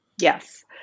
Yes